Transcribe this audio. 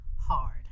hard